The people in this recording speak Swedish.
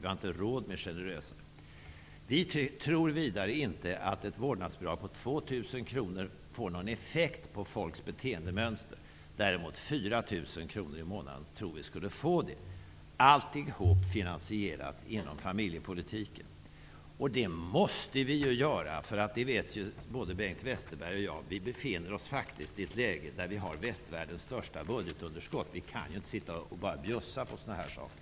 Vi har inte råd med en generösare. Vi tror vidare inte att ett vårdnadsbidrag på 2 000 kr får någon effekt på människors beteendemönster. Däremot tror vi att 4 000 kr i månaden skulle få det. Allting hårt finansierat inom familjepolitiken. Det måste vi göra. Både Bengt Westerberg och jag vet att vi befinner oss i ett läge där vi har västvärldens största budgetunderskott. Vi kan inte bara ''bjussa'' på sådana här saker.